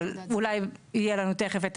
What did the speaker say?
אבל אולי יהיה לנו תיכף,